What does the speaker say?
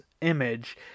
image